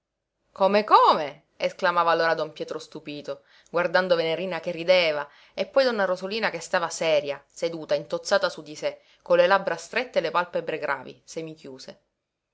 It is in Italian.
come come esclamava allora don pietro stupito guardando venerina che rideva e poi donna rosolina che stava seria seduta intozzata su di sé con le labbra strette e le palpebre gravi semichiuse